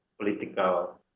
political